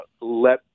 let